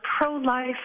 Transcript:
pro-life